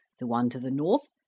the one to the north,